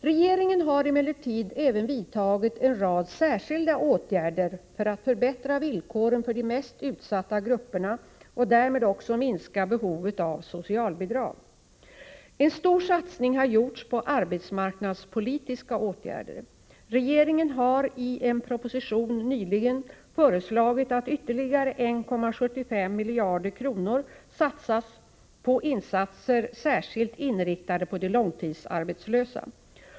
Regeringen har emellertid även vidtagit en rad särskilda åtgärder för att förbättra villkoren för de mest utsatta grupperna och därmed också minska behovet av socialbidrag. En stor satsning har gjorts på arbetsmarknadspolitiska åtgärder. Regeringen har i en proposition nyligen föreslagit att ytterligare 1,75 miljarder kronor satsas på insatser särskilt inriktade på de långtidsarbetslösa.